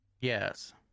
yes